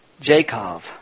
Jacob